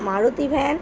Maruti van